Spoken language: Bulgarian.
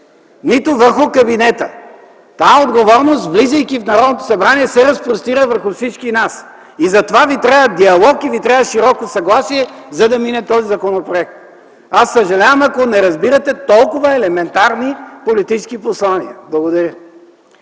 нито върху кабинета. Тази отговорност, влизайки в Народното събрание, се разпростира върху всички нас и затова ви трябва диалог и широко съгласие, за да мине този законопроект. Аз съжалявам ако не разбирате толкова елементарни политически послания. Благодаря.